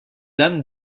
dame